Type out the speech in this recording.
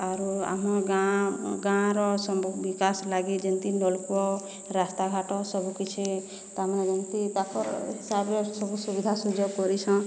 ଆରୁ ଆମ ଗାଁ ଗାଁର ବିକାଶ୍ ଲାଗି ଯେମ୍ତି ନଲ୍କୂଅ ରାସ୍ତାଘାଟ ସବୁ କିଛି ତାମାନେ ଯେମ୍ତି ତାକର୍ ସବୁ ସୁବିଧା ସୁଯୋଗ୍ କରିଛନ୍